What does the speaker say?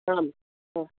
आम्